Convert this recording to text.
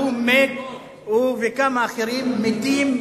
הוא וכמה אחרים מתים